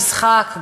המשחק,